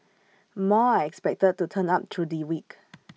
more are expected to turn up through the week